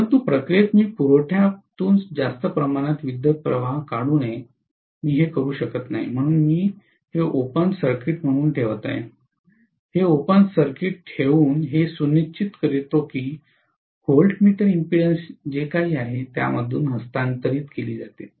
परंतु प्रक्रियेत मी पुरवठ्यातून जास्त प्रमाणात विद्युतप्रवाह काढू नये मी हे करू शकत नाही म्हणूनच मी हे ओपन सर्किट म्हणून ठेवत आहे हे ओपन सर्किट ठेवून हे सुनिश्चित करतो की व्होल्टमीटर इम्पीडेन्स जे काही आहे त्यामधूनच हस्तांतरित केली जाते